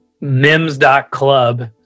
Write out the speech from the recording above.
MIMS.club